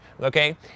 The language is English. Okay